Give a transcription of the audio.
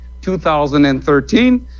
2013